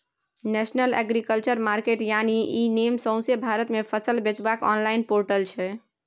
national agriculture market यानी e NAM सौंसे भारत मे फसल बेचबाक आनलॉइन पोर्टल छै